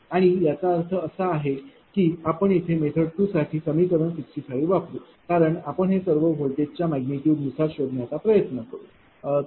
आणि याचा अर्थ असा की आपण इथे मेथड 2 साठी समीकरण 65 वापरू कारण आपण हे सर्व व्होल्टेजच्या मॅग्निट्यूडनुसार शोधण्याचा प्रयत्न करू बरोबर